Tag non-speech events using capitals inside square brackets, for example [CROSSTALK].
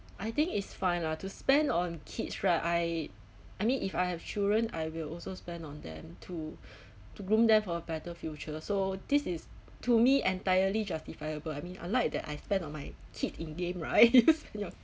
I think it's fine lah to spend on kids right I I mean if I have children I will also spend on them to to groom them for a better future so this is to me entirely justifiable I mean unlike that I spend on my kids in game right ya [LAUGHS]